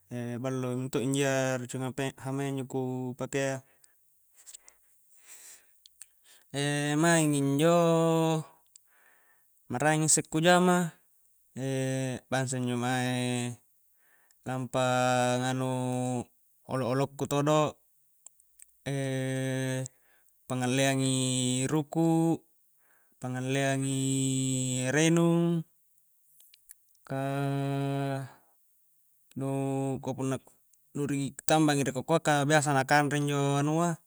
ballo mento injia racungg hama iya injo kupake a, maing injo maraeng isse ku jama bangsa injo mae lampa nganu olo-olo ku todo pangalleang i ruku' pangalleangi erenung, ka nu ko punna ri tambangi ri kokoa ka biasa na kanre injo anua